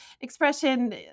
expression